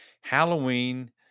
Halloween